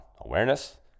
awareness